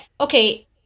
okay